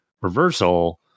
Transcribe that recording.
reversal